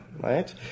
right